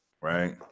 right